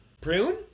Prune